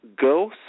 Go